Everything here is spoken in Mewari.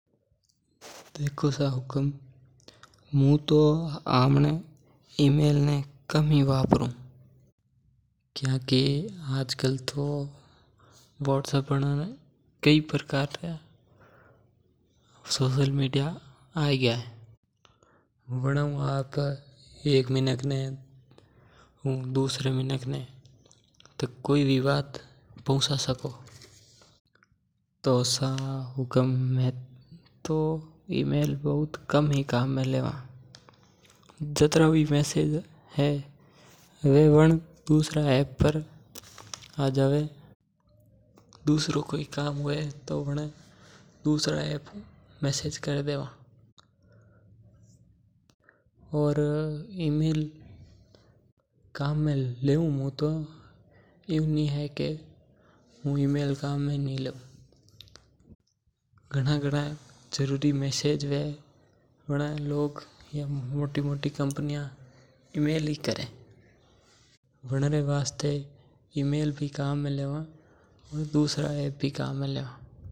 देखो सा हुकम मू तो अपने इमेल ने कम ही वपरु जैसे व्हाट्सएप ने अनी कन कन प्रकार रा ऐप आई गया। जिका आपा एक माणक हु दुसरे माणक तक बात कर सका वो भी एक दूजे ने देखता देखता। तो सा हुकम मे तो इमेल बहुत कम ही काम लेवा। घणा घणा जरुरी मेसेज हु इमेल ही करू।